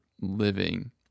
living